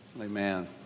Amen